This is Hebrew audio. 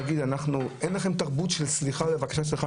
אין לכם תרבות של סליחה ובקשת סליחה,